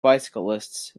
bicyclists